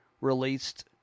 released